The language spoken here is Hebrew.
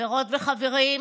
חברות וחברים,